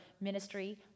ministry